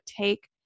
take